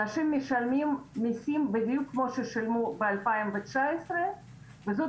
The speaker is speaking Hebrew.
אנשים משלמים מיסים בדיוק כמו ששילמו ב-2019 וזאת